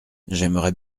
j’aimerais